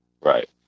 right